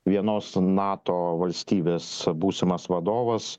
vienos nato valstybės būsimas vadovas